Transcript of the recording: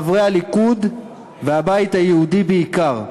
חברי הליכוד והבית היהודי בעיקר.